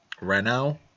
Renault